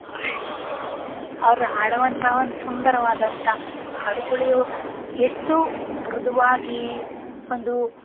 ಅವ್ರು ಹಾಡೊ ಅಂಥ ಒಂದು ಸುಂದರವಾದಂಥ ಹಾಡುಗಳು ಎಷ್ಟು ಮೃದುವಾಗಿ ಒಂದು